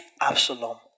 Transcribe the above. Absalom